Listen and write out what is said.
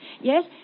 Yes